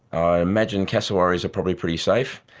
i imagine cassowaries are probably pretty safe.